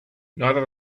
neither